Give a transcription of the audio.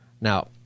Now